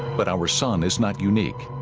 but our son is not unique